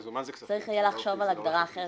מזומן זה קצת --- צריך יהיה לחשוב על הגדרה אחרת,